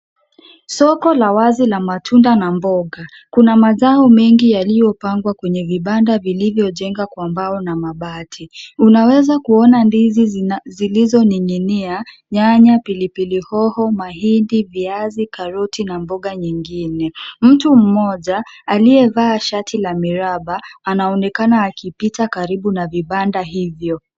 Soko la wazi la matunda na mboga. Kuna mazao mengi yaliyopangwa kwenye vibanda vilivyojengwa kwa mbao na mabati. Unaweza kuona ndizi zilizoning'inia, nyanya, pilipili hoho, mahindi, viazi, karoti na mboga nyingine. Mtu mmoja aliyevaa shati la miraba anaonekana akipita karibu na vibanda hivyo.